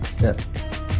Yes